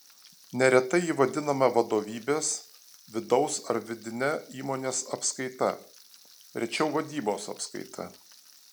neretai ji vadinama vadovybės vidaus ar vidine įmonės apskaita rečiau vadybos apskaita